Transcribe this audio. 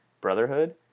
Brotherhood